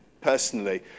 personally